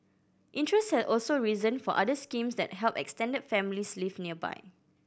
interest has also risen for other schemes that help extended families live nearby